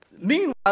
meanwhile